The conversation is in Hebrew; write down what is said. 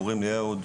קוראים לי אהוד,